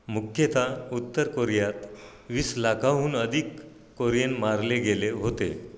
मुख्यतः उत्तर कोरियात वीस लाखाहून अधिक कोरियन मारले गेले होते